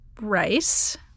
rice